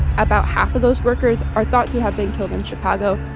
about half of those workers are thought to have been killed in chicago